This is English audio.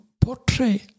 portray